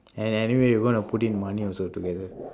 and anyway we going to put in money also together